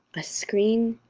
a screen,